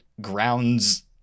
grounds